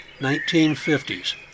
1950s